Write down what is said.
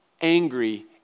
angry